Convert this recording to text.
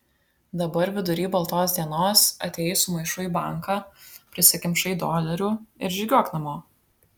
dabar vidury baltos dienos atėjai su maišu į banką prisikimšai dolerių ir žygiuok namo